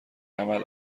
عمل